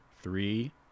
Three